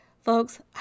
Folks